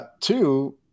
two